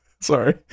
Sorry